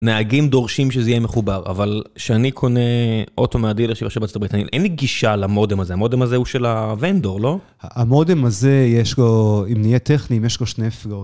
נהגים דורשים שזה יהיה מחובר, אבל כשאני קונה אוטו מהדילר שיושב בארצות הברית, אין לי גישה למודם הזה, המודם הזה הוא של הוונדור, לא? המודם הזה יש לו, אם נהיה טכנים, יש לו שנף,